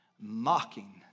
mocking